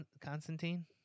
Constantine